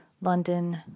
London